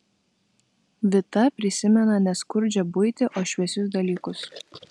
vita prisimena ne skurdžią buitį o šviesius dalykus